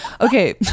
Okay